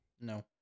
No